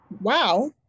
wow